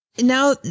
now